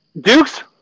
Duke's